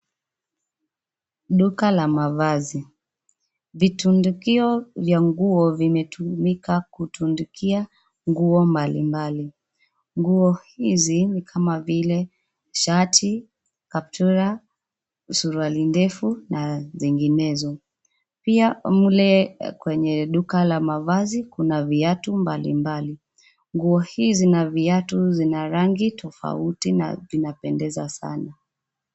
Duka la mavazi, vitundukio vya nguo vimetumika kutundikia, nguo mbalimbali, nguo hizi ni kama vile, shati, kaptura, suruali ndefu na nyinginezo, pia mle, kwenye duka la mavazi kuna viatu mbalimbali, nguo hizi na viatu zina rangi tofauti na vinapendeza sana.